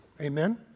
Amen